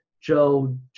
Joe